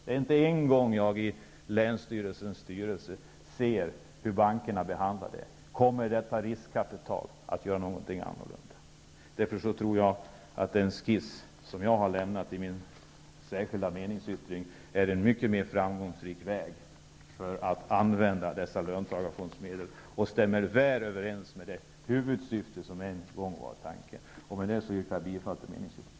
Det är inte bara en gång som jag i länsstyrelsens styrelse har sett hur bankerna behandlar sådana ansökningar. Kommer detta riskkapitalbolag att agera annorlunda? Jag tror därför att den skiss jag har lämnat i min särskilda meningsyttring är en mycket mer framgångsrik väg att använda dessa löntagarfondsmedel, och det stämmer väl överens med det huvudsyfte som en gång var tanken. Med det yrkar jag bifall till meningsyttringen.